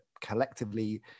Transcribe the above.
collectively